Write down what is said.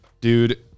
Dude